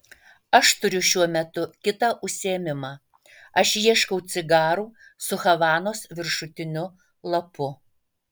aš turiu šiuo metu kitą užsiėmimą aš ieškau cigarų su havanos viršutiniu lapu